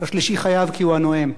והשלישי חייב כי הוא הנואם.